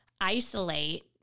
isolate